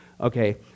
Okay